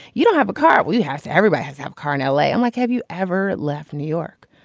you don't have a car. we have. everybody has have car in l a. i'm like. have you ever left new york.